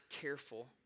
careful